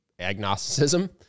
agnosticism